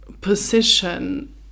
position